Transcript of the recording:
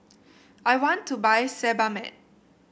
I want to buy Sebamed